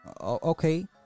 okay